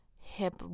hip